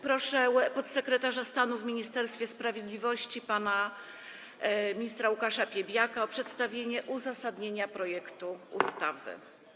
Proszę podsekretarza stanu w Ministerstwie Sprawiedliwości pana ministra Łukasza Piebiaka o przedstawienie uzasadnienia projektu ustawy.